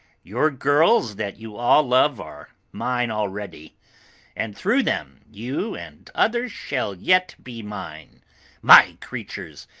your girls that you all love are mine already and through them you and others shall yet be mine my creatures,